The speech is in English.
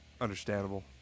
understandable